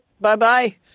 bye-bye